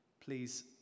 please